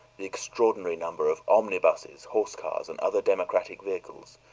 the extraordinary number of omnibuses, horsecars, and other democratic vehicles,